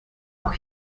auch